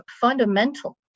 fundamental